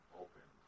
open